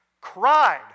cried